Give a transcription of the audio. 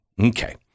Okay